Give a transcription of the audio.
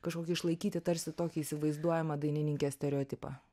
kažkokį išlaikyti tarsi tokį įsivaizduojamą dainininkės stereotipą